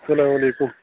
سلام علیکُم